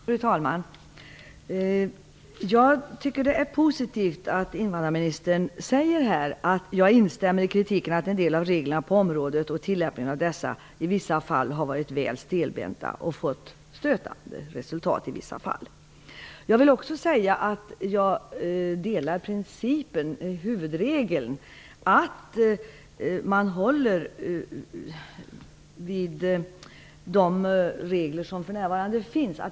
Fru talman! Jag tycker att det är positivt att invandrarministern säger att han instämmer i kritiken att en del av reglerna på området, och tillämpningen av dessa, i vissa fall har varit väl stelbenta och fått resultat som verkat stötande. Jag vill också säga att jag delar uppfattningen att man skall hålla sig till den regel som för närvarande finns.